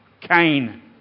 Cain